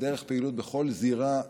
דרך פעילות בכל זירה בין-לאומית,